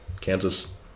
kansas